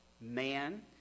man